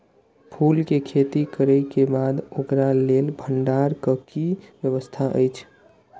फूल के खेती करे के बाद ओकरा लेल भण्डार क कि व्यवस्था अछि?